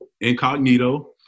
incognito